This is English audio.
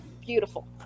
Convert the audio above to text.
beautiful